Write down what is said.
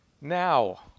now